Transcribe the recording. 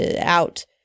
out